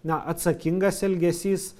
na atsakingas elgesys